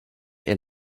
est